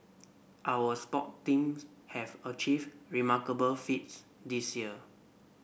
our sport teams have achieved remarkable feats this year